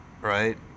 right